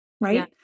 right